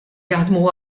jaħdmu